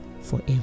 forever